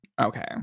Okay